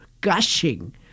gushing